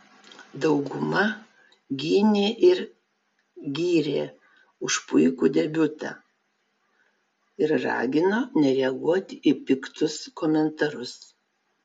dauguma gynė ir gyrė už puikų debiutą ir ragino nereaguoti į piktus komentarus